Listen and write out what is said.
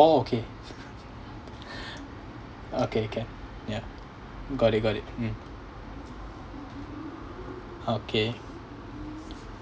orh okay okay can ya got it got it mm okay